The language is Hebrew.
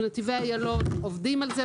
בנתיבי איילון עובדים על זה,